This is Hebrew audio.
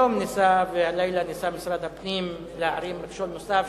היום והלילה ניסה משרד הפנים להערים מכשול נוסף,